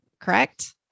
correct